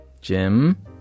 Jim